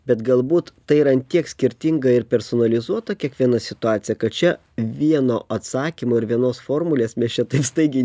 bet galbūt tai yra ant tiek skirtinga ir personalizuota kiekviena situacija kad čia vieno atsakymo ir vienos formulės mes čia taip staigiai